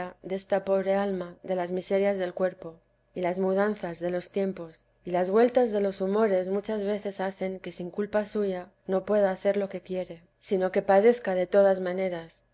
encarceladla desta pobre alma de las miserias del cuerpo y las mudanzas de los tiempos y las vueltas de los humores muchas veces hacen que sin culpa suya no pueda hacer lo que quiere sino que padezca de todas maneras